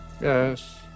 Yes